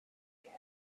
began